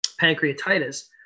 pancreatitis